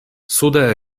sude